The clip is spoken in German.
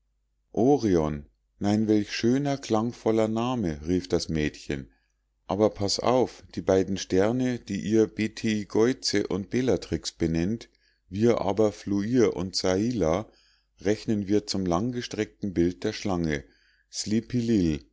orion nein welch schöner klangvoller name rief das mädchen aber paß auf die beiden sterne die ihr beteigeuze und bellatrix benennt wir aber fluir und saila rechnen wir zum langgestreckten bild der schlange